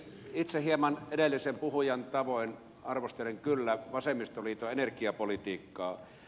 itse hieman edellisen puhujan tavoin arvostelen kyllä vasemmistoliiton energiapolitiikkaa